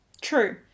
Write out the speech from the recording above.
True